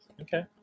Okay